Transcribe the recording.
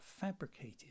fabricated